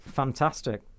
Fantastic